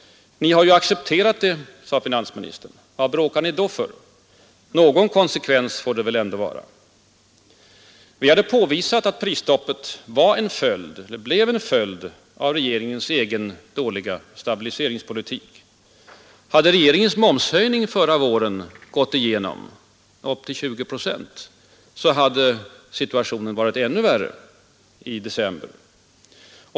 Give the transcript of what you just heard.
Ni har ju accepterat det, sade han. Vad bråkar ni då för? Någon konsekvens får det väl ändå vara. Vi hade påvisat att prisstoppet blev en följd av regeringens dåliga stabiliseringspolitik. Hade regeringens momshöjning förra våren — upp till 20 procent — gått igenom hade situationen varit ännu värre i december.